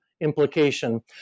implication